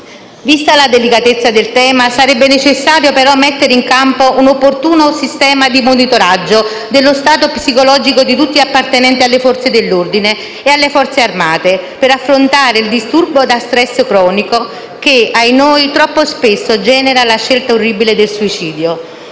Vista la delicatezza del tema, sarebbe necessario però mettere in campo un opportuno sistema di monitoraggio dello stato psicologico di tutti gli appartenenti alle Forze dell'ordine e alle Forze Armate per affrontare il disturbo da *stress* cronico che - ahinoi - troppo spesso genera la scelta orribile del suicidio.